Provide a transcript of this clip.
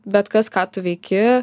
bet kas ką tu veiki